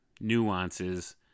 nuances